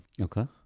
Okay